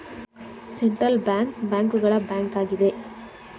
central bank bank ಗಳ bank ಆಗಿದೆ